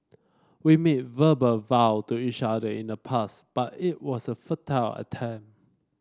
we made verbal vow to each other in the past but it was a futile attempt